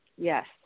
Yes